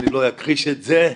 אני לא אכחיש את זה,